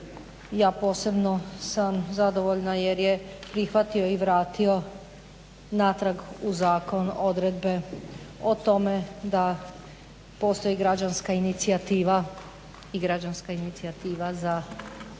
ja posebno sam zadovoljna jer je prihvatio i vratio natrag u zakon odredbe o tome da postoji građanska inicijativa i građanska inicijativa za smjenu,